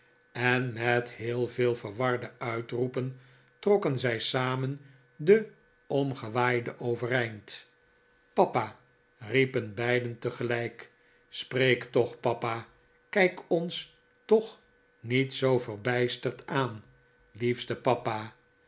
en met heel veel verwarde uitroepen trokken zij samen den omgewaaide overeind papa riepen b'eiden tegelijk spreek toch papa kijk ons toch niet zoo verbijsterd aan liefste papa